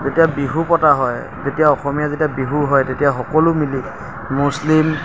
যেতিয়া বিহু পতা হয় তেতিয়া অসমীয়া যেতিয়া বিহু হয় তেতিয়া সকলো মিলি মুছলিম